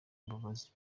mbabazi